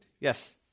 yes